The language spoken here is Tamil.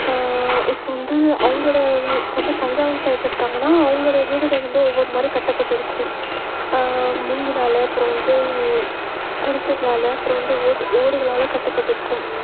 இப்போ வந்து அவர்களோட இப்போ வந்து தஞ்சாவூர் சைடில் இருக்காங்கன்னால் அவர்களோட வீடுகள் வந்து ஒவ்வொரு மாதிரி கட்டப்பட்டிருக்கும் மூங்கிலால் அப்புறம் வந்து குடிசைகளால் அப்புறம் வந்து ஓட்டு ஓடுகளால் கட்டப்பட்டிருக்கும்